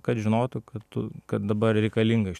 kad žinotų kad tu kad dabar reikalinga iš